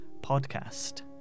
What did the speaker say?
podcast